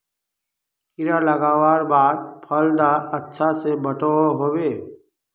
कीड़ा लगवार बाद फल डा अच्छा से बोठो होबे?